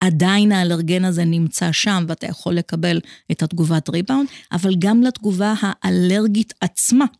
עדיין האלרגן הזה נמצא שם, ואתה יכול לקבל את התגובת ריבאונד, אבל גם לתגובה האלרגית עצמה.